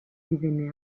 divenne